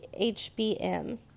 HBM